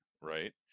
right